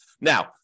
Now